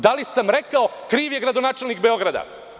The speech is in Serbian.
Da li sam rekao – kriv je gradonačelnik Beograda?